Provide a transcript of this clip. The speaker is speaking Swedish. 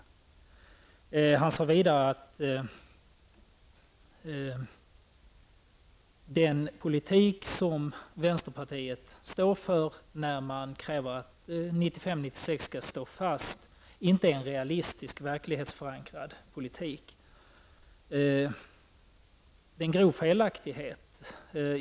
Åke Wictorsson sade vidare att den politik vänsterpartiet står för, dvs. att vi kräver att årtalen 1995 och 1996 skall stå fast, inte är en realistisk och verklighetsförankrad politik. Det är en grov felaktighet.